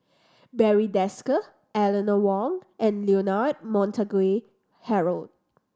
Barry Desker Eleanor Wong and Leonard Montague Harrod